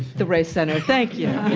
the race center, thank you.